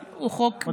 אבל הוא חוק בעייתי.